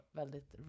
väldigt